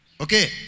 Okay